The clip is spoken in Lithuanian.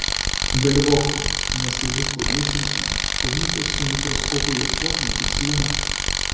gali vogti nes kai bus paviešinta komisijos su mikroskopu ieškos netikslumo